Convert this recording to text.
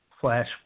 Flash